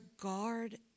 guard